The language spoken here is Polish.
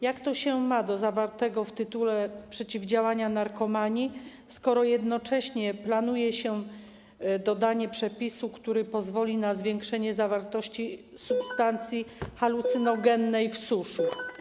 Jak do zawartego w tytule przeciwdziałania narkomanii ma się to, że jednocześnie planuje się dodanie przepisu, który pozwoli na zwiększenie zawartości substancji halucynogennej w suszu?